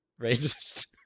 Racist